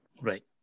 Right